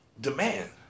Demand